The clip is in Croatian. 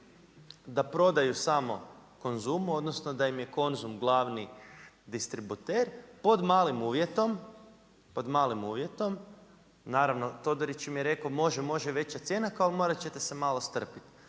da prodaju samo Konzumu odnosno da im je Konzum glavni distributer pod malim uvjetom, pod malim uvjetom, naravno Todorić im je rekao može, može veća cijena, kao morati ćete se malo strpjeti.